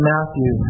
Matthew